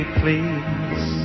please